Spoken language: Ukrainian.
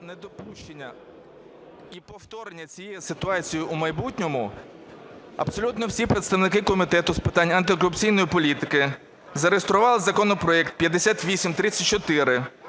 недопущення і повторення цієї ситуації у майбутньому абсолютно всі представники Комітету з питань антикорупційної політики зареєстрували законопроект 5834,